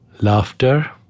laughter